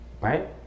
Right